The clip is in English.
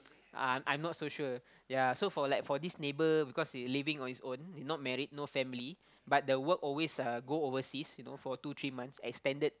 uh I'm not so sure ya so for like for this neighbour because he living on his own he's not married no family but the work always uh go overseas you know for two three months extended